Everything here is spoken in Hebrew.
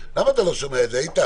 למה אתה לא שומע את זה איתן?